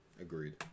agreed